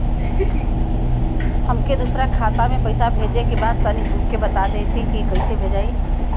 हमके दूसरा खाता में पैसा भेजे के बा तनि हमके बता देती की कइसे भेजाई?